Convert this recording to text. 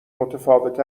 متفاوت